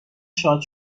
شاد